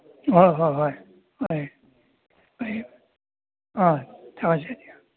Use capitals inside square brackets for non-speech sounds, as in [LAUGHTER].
ꯍꯣꯏ ꯍꯣꯏ ꯍꯣꯏ ꯍꯣꯏ ꯍꯣꯏ [UNINTELLIGIBLE]